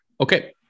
Okay